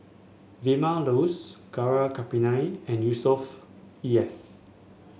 Vilma Laus Gaurav Kripalani and Yusnor Ef